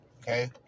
Okay